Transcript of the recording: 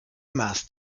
maß